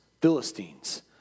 Philistines